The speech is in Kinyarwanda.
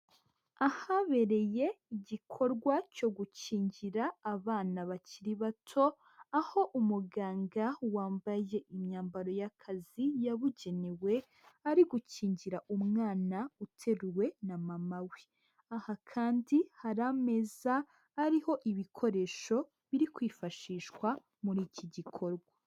Ahabereye igikorwa cyo gukingira abana bakiri bato, aho umuganga wambaye imyambaro y'akazi yabugenewe ari gukingira umwana uteruwe na mama we, aha kandi hari ameza hariho ibikoresho biri kwifashishwa muri iki gikorwa.